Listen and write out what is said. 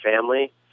family